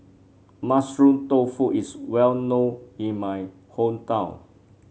Mushroom Tofu is well known in my hometown